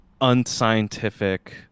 unscientific